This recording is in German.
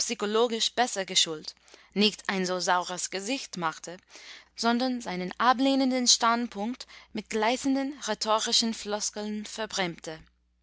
psychologisch besser geschult nicht ein so saures gesicht machte sondern seinen ablehnenden standpunkt mit gleißenden rhetorischen floskeln verbrämte